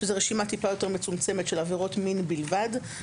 שזו רשימה מצומצמת יותר של עבירות מין בלבד,